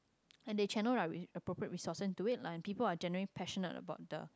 and they channel their appropriate resources into it lah and people are generally passionate about the